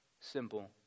simple